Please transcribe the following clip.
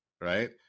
right